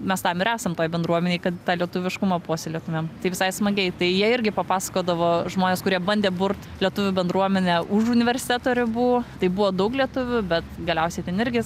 mes tam ir esam toj bendruomenėj kad tą lietuviškumą puoselėtumėm tai visai smagiai tai jie irgi papasakodavo žmonės kurie bandė burt lietuvių bendruomenę už universeto ribų tai buvo daug lietuvių bet galiausiai ten irgi